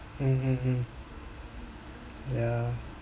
mm mm mm yeah